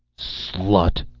slut!